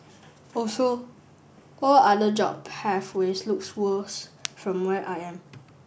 also all other job pathways look worse from where I am